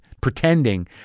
pretending